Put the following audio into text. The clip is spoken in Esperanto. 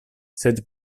sed